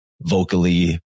vocally